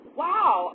wow